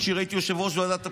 הייתי יושב-ראש ועדת הפנים,